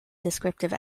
descriptive